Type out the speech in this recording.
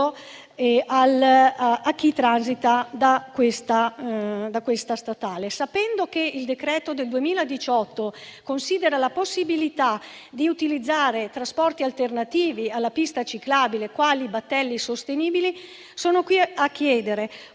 a chi transita su quella statale. Sapendo che il decreto del 2018 considera la possibilità di utilizzare trasporti alternativi alla pista ciclabile, quali i battelli sostenibili, sono qui a chiedere: